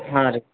ಹಾಂ ರೀ